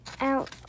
out